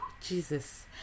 Jesus